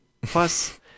plus